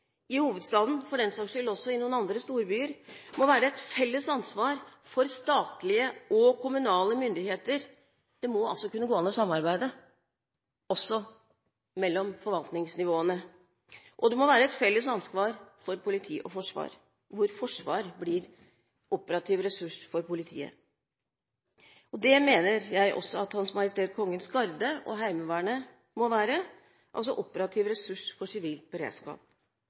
i hovedstaden – for den saks skyld også i noen andre storbyer – må være et felles ansvar for statlige og kommunale myndigheter. Det må kunne gå an å samarbeide, også mellom forvaltningsnivåene. Det må være et felles ansvar for politi og forsvar, hvor forsvar blir operativ ressurs for politiet. Jeg mener også at Hans Majestet Kongens Garde og Heimevernet må være operative ressurser for sivilt beredskap.